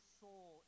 soul